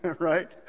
right